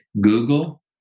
Google